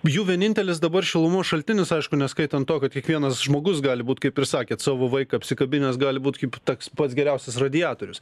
jų vienintelis dabar šilumos šaltinis aišku neskaitant to kad kiekvienas žmogus gali būt kaip ir sakėt savo vaiką apsikabinęs gali būti kaip toks pats geriausias radiatorius